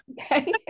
Okay